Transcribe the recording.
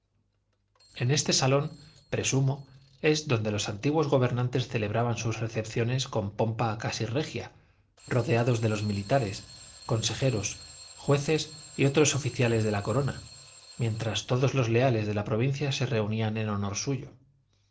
en este salón presumo es donde los antiguos gobernadores celebraban sus recepciones con pompa casi regia rodeados de los militares consejeros jueces y otros oficiales de la corona mientras todos los leales de la provincia se reunían en honor suyo